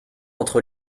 entre